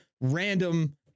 random